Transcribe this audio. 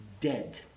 dead